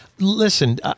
Listen